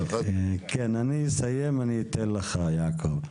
כן, אני אסיים אני אתן לך, יעקב.